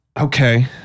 Okay